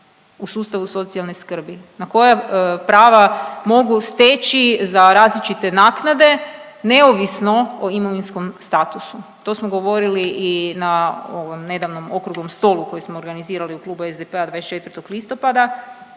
u sustavu socijalne skrbe, koja prava mogu steći za različite naknade neovisno o imovinskom statusu. To smo govorili i na ovom nedavnom okruglom stolu koji smo organizirali u Klubu SDP-a 24. listopada,